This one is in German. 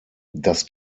das